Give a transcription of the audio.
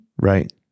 Right